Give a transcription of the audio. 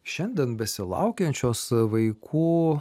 šiandien besilaukiančios vaikų